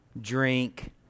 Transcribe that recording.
drink